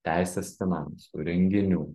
teisės finansų renginių